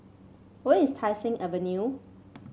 where is Tai Seng Avenue